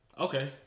Okay